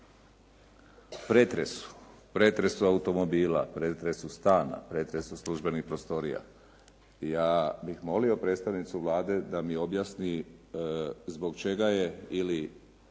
pretresu, pretresu automobila, pretresu stana, pretresu službenih prostorija, ja bih molio predstavnicu Vlade da mi objasni zbog čega je ili